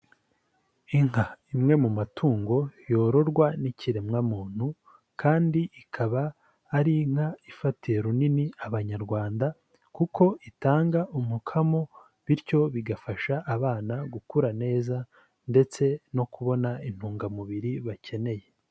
Inka ni imwe mu matungo yororwa n'ikiremwamuntu kandi ikaba ari inka ifatiye runini Abanyarwanda, kuko itanga umukamo bityo bigafasha abana gukura neza ndetse no kubona intungamubiri bakeneye.